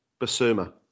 Basuma